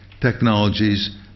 technologies